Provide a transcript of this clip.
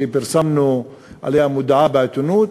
שפרסמנו עליה מודעה בעיתונות,